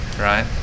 right